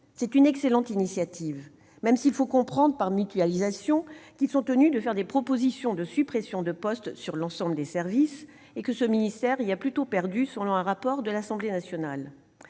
C'est une excellente initiative, même s'il faut comprendre par mutualisation l'obligation de faire des propositions de suppressions de postes sur l'ensemble des services, et le ministère y a plutôt perdu, selon un rapport de l'Assemblée nationale.